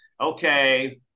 okay